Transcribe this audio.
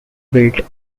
built